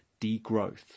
degrowth